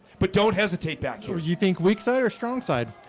but don't hesitate back or do you think weak side or strong side?